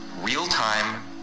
Real-time